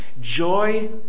Joy